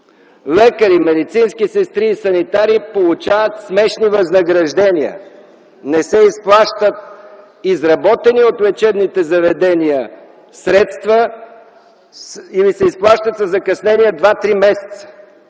Лекари, медицински сестри и санитари получават смешни възнаграждения. Не се изплащат изработени от лечебните заведения средства или се изплащат със закъснение 2-3 месеца.